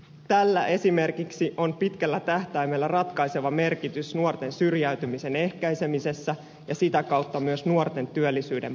tällä esimerkiksi on pitkällä tähtäimellä ratkaiseva merkitys nuorten syrjäytymisen ehkäisemisessä ja sitä kautta myös nuorten työllisyyden parantamisessa